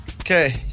Okay